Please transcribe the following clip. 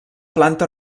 planta